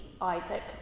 Isaac